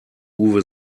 uwe